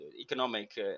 economic